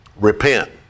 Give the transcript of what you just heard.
repent